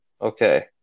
Okay